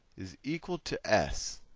is equal to s,